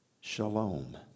shalom